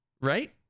Right